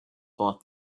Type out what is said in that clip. bought